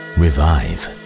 revive